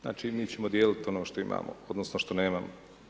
Znači mi ćemo dijeliti ono što imamo, odnosno što nemamo.